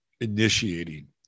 initiating